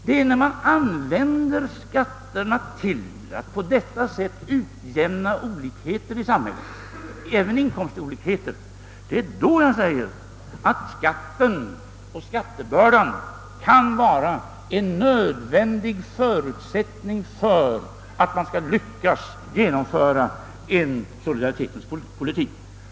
Det är när skatterna användes till att på detta sätt utjämna olikheter, även inkomstolikheter, i samhället som viljan att ta på sig skattebördor kan vara en nödvändig förutsättning för att vi skall lyckas genomföra en solidaritetens politik.